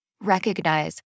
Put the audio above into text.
recognize